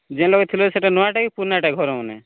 ଯେନ୍ତ କେ ଥିଲୁ ହେ ସେଟା ନୂଆଟା କି ପୁରୁନାଟା ଘର ମାନେ